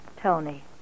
Tony